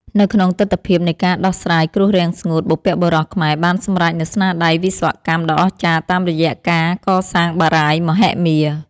នៅក្នុងទិដ្ឋភាពនៃការដោះស្រាយគ្រោះរាំងស្ងួត បុព្វបុរសខ្មែរបានសម្រេចនូវស្នាដៃវិស្វកម្មដ៏អស្ចារ្យតាមរយៈការកសាងបារាយណ៍មហិមា។